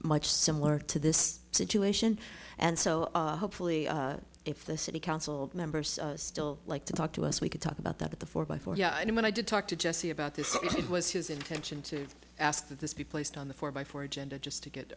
much similar to this situation and so hopefully if the city council members still like to talk to us we can talk about that the four by four yeah i know when i did talk to jesse about this it was his intention to ask that this be placed on the four by four agenda just to get